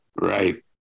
Right